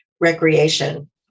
recreation